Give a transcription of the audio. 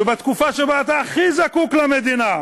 ובתקופה שבה אתה הכי זקוק למדינה,